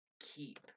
keep